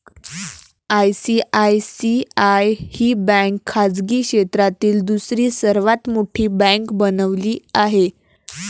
ICICI ही bank खाजगी क्षेत्रातील दुसरी सर्वात मोठी बँक बनली आहे